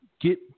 get